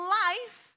life